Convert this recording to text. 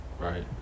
Right